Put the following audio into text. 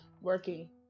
Working